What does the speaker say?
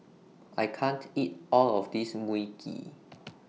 I can't eat All of This Mui Kee